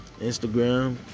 Instagram